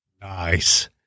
Nice